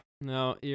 No